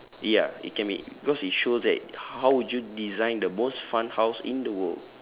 ya it can be because it shows that how would you design the most fun house in the world